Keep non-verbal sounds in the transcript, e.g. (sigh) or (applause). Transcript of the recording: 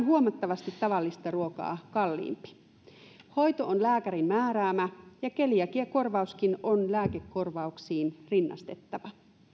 (unintelligible) huomattavasti tavallista ruokaa kalliimpi hoito on lääkärin määräämä ja keliakiakorvauskin on lääkekorvauksiin rinnastettava